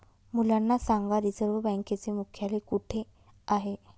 मुलांना सांगा रिझर्व्ह बँकेचे मुख्यालय कुठे आहे